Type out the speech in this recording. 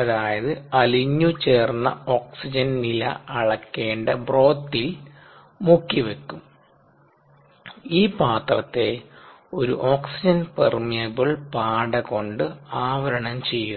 അതായത് അലിഞ്ഞു ചേർന്ന ഓക്സിജൻ നില അളക്കേണ്ട ബ്രോത്തിൽ മുക്കി വെക്കും ഈ പാത്രത്തെ ഒരു ഓക്സിജൻ പെർമീബിൾ പാട കൊണ്ട് ആവരണം ചെയ്യുന്നു